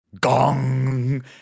Gong